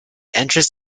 entrance